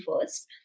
first